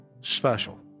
special